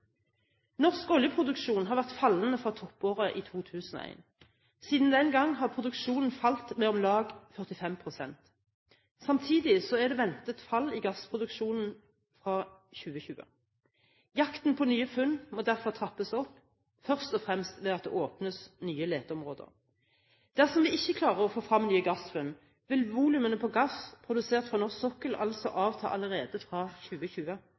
Norsk oljeproduksjon har vært fallende fra toppåret 2001. Siden den gangen har produksjonen falt med om lag 45 pst. Samtidig er det ventet fall i gassproduksjonen fra 2020. Jakten på nye funn må derfor trappes, først og fremst ved at det åpnes nye leteområder. Dersom vi ikke klarer å få frem nye gassfunn, vil volumene på gass produsert fra norsk sokkel altså avta allerede fra 2020.